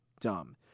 dumb